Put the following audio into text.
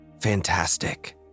Fantastic